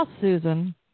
Susan